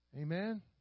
Amen